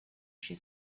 she